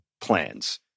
plans